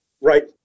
right